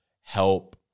help